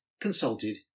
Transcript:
consulted